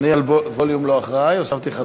אני לווליום לא אחראי, הוספתי לך דקה.